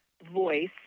voice